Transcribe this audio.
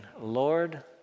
Lord